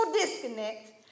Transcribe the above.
disconnect